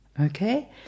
Okay